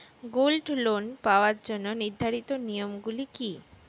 Gold loan পাওয়ার জন্য নির্ধারিত নিয়ম গুলি কি?